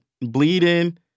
bleeding